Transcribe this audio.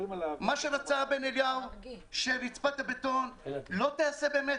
מה שרצה בן אליהו היה שרצפת הבטון לא תיעשה באמת.